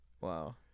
wow